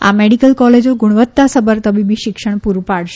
આ મેડિકલ કોલેજો ગુણવત્તાસભર તબીબી શિક્ષણ પૂરૂં પાડશે